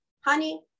honey